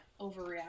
overreact